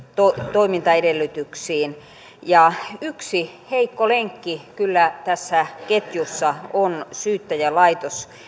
toimintaedellytyksiin saakka yksi heikko lenkki kyllä tässä ketjussa on syyttäjälaitos